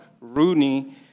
Rooney